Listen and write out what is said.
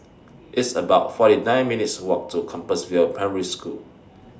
It's about forty nine minutes' Walk to Compassvale Primary School